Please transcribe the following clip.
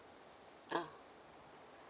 ah